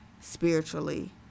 spiritually